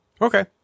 Okay